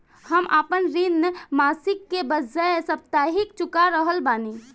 हम आपन ऋण मासिक के बजाय साप्ताहिक चुका रहल बानी